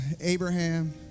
Abraham